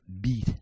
beat